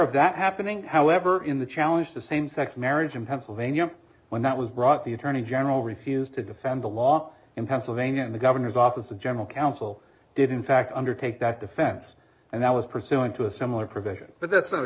of that happening however in the challenge to same sex marriage in pennsylvania when that was brought the attorney general refused to defend the law in pennsylvania and the governor's office of general counsel did in fact undertake that defense and that was pursuant to a similar provision but that's not a